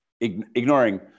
ignoring